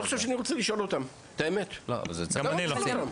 את האמת, אני לא חושב שאני רוצה לשאול אותם.